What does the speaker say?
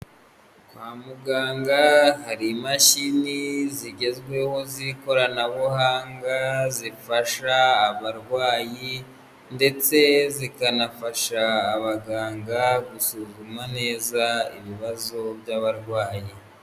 Kwa muganga hari imashini zigezweho z'ikoranabuhanga zifasha abarwayi ndetse zikanafasha abaganga gusuzuma neza ibibazo by'abarwayi.